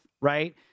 right